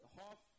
half